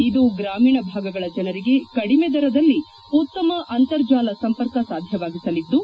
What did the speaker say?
ಇದು ಗ್ರಾಮೀಣ ಭಾಗಗಳ ಜನರಿಗೆ ಕಡಿಮೆ ದರದಲ್ಲಿ ಉತ್ತಮ ಅಂತರ್ಜಾಲ ಸಂಪರ್ಕ ಸಾಧ್ಯವಾಗಿಸಲಿದ್ದು